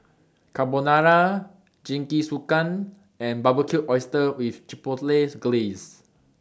Carbonara Jingisukan and Barbecued Oysters with Chipotle Glaze